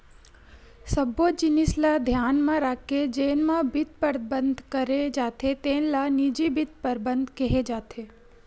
सब्बो जिनिस ल धियान म राखके जेन म बित्त परबंध करे जाथे तेन ल निजी बित्त परबंध केहे जाथे